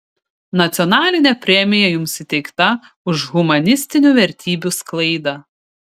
nacionalinė premija jums įteikta už humanistinių vertybių sklaidą